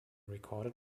recorded